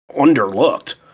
underlooked